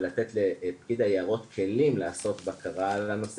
ולתת לפקיד היערות כלים לעשות בקרה על הנושא